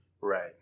right